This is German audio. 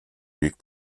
weg